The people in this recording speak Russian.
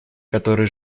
который